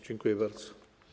Dziękuję bardzo.